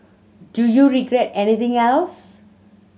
do you regret anything else